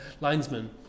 linesman